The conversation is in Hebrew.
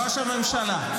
ראש הממשלה.